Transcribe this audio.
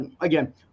again